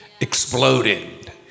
exploded